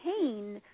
pain